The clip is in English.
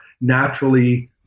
naturally